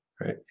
right